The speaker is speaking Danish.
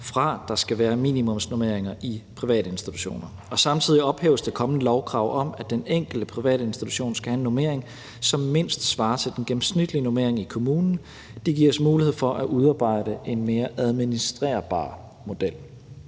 der skal være minimumsnormeringer i privatinstitutioner, og samtidig ophæves det kommende lovkrav om, at den enkelte privatinstitution skal have en normering, som mindst svarer til den gennemsnitlige normering i kommunen. Det giver os en mulighed for at udarbejde en mere administrerbar model.